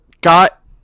got